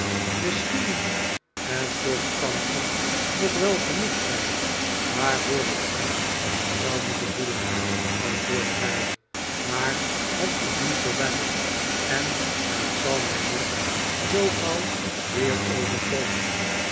misschien niet en toch kan er nog wel genoeg zijn waarvoor ik angst zou moeten voelen antwoordde hij maar het is nu voorbij en het zal mij niet zoo gauw weer overkomen